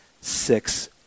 six